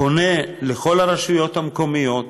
פונה לכל הרשויות המקומיות,